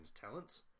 talents